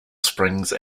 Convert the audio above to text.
springs